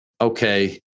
okay